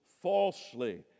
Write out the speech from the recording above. falsely